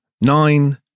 nine